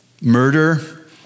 Murder